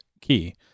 key